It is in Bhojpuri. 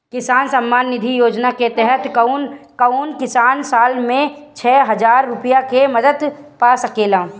किसान सम्मान निधि योजना के तहत कउन कउन किसान साल में छह हजार रूपया के मदद पा सकेला?